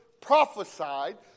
prophesied